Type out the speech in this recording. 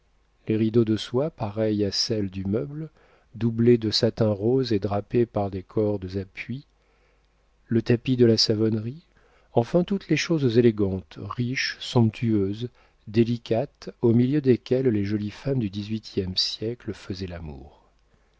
les rideaux de soie pareille à celle du meuble doublés de satin rose et drapés par des cordes à puits le tapis de la savonnerie enfin toutes les choses élégantes riches somptueuses délicates au milieu desquelles les jolies femmes du dix-huitième siècle faisaient l'amour